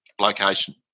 location